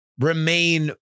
Remain